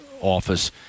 office